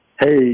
Hey